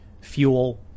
fuel